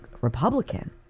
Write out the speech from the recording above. Republican